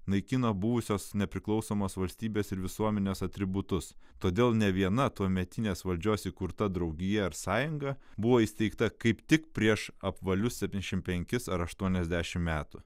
naikino buvusios nepriklausomos valstybės ir visuomenės atributus todėl ne viena tuometinės valdžios įkurta draugija ar sąjunga buvo įsteigta kaip tik prieš apvalius septyniasdešimt penkis ar aštuoniasdešimt metų